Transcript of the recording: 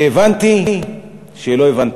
והבנתי שלא הבנתי.